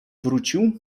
wrócił